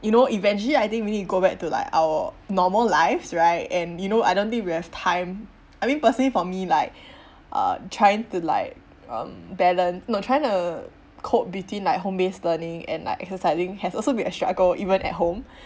you know eventually I think we need to go back to like our normal lives right and you know I don't think we have time I mean personally for me like uh trying to like um balance no trying to cope between like home based learning and like exercising has also been a struggle even at home